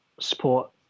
support